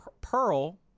Pearl